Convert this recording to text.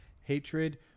hatred